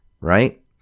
right